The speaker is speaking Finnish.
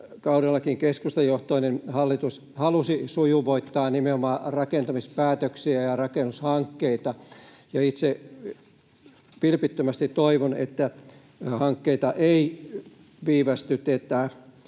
kaudellakin keskustajohtoinen hallitus halusi — sujuvoittaa nimenomaan rakentamispäätöksiä ja rakennushankkeita, ja itse vilpittömästi toivon, että hankkeita ei viivästytetä.